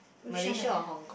which one leh